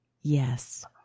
Yes